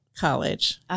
college